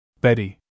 Betty